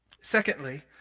Secondly